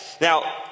Now